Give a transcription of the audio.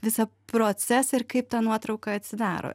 visą procesą ir kaip ta nuotrauka atsidaro